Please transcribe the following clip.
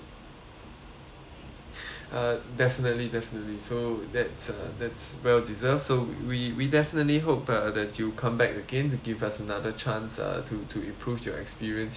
uh definitely definitely so that's uh that's well deserved so we we definitely hope uh that you come back again to give us another chance uh to to improve your experience here and uh make sure that